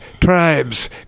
tribes